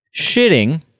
shitting